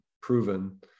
proven